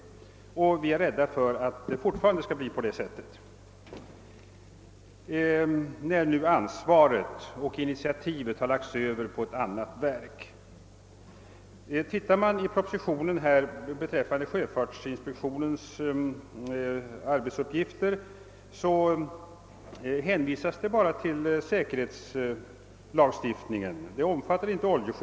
Vi är rädda för att det fortfarande skall bli på samma sätt när nu ansvaret och initiativet läggs över på ett annat verk. I propositionen hänvisar man beträffande sjöfartsinspektionens arbetsuppgifter bara till säkerhetslagstiftningen; oljeskyddet omfattas inte.